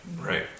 right